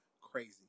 crazy